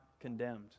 condemned